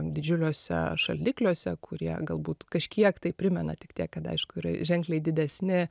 didžiuliuose šaldikliuose kurie galbūt kažkiek tai primena tik tiek kad aišku yra ženkliai didesni